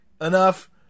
enough